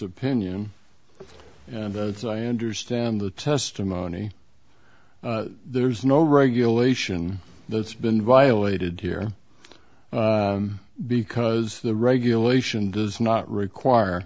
opinion and as i understand the testimony there's no regulation that's been violated here because the regulation does not require